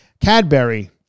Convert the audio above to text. Cadbury